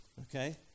Okay